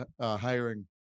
hiring